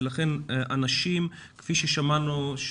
כפי ששמענו,